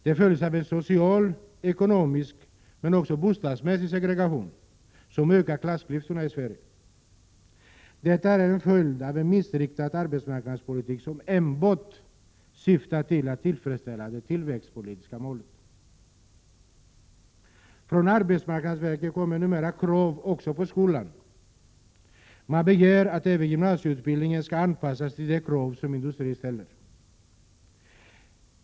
Den förutsätter social, ekonomisk men också bostadsmässig segregation, som ökar klassklyftorna i Sverige. Detta är en följd av en missriktad arbetsmarknadspolitik, som enbart syftar till att tillfredsställa det tillväxtpolitiska målet. Från arbetsmarknadsverket kommer numera krav också på skolan. Det begärs att även gymnasieutbildningen skall anpassas till de krav som industrin ställer.